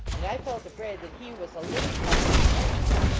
and i felt afraid that he was a little touched with envy.